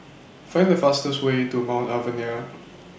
Find The fastest Way to Mount Alvernia